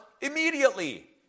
immediately